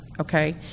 okay